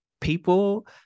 people